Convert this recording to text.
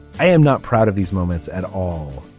i am not proud of these moments at all.